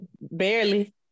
barely